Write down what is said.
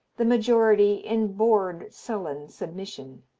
the majority in bored, sullen submission.